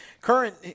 current